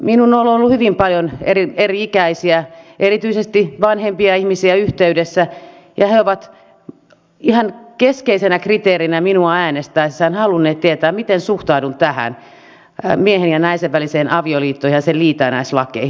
minuun on ollut hyvin paljon eri ikäisiä erityisesti vanhempia ihmisiä yhteydessä ja he ovat ihan keskeisenä kriteerinä minua äänestäessään halunneet tietää miten suhtaudun tähän miehen ja naisen väliseen avioliittoon ja näihin liitännäislakeihin